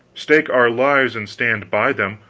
stake our lives and stand by them!